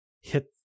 hit